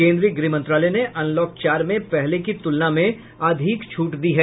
केन्द्रीय गृह मंत्रालय ने अनलॉक चार में पहले की तुलना में अधिक छूट दी हैं